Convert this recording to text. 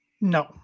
No